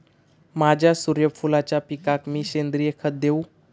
माझ्या सूर्यफुलाच्या पिकाक मी सेंद्रिय खत देवू?